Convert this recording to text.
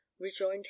rejoined